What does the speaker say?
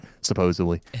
supposedly